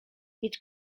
each